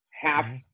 half